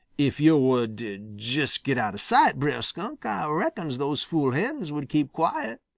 if yo' would just get out of sight, brer skunk, ah reckons those fool hens would keep quiet,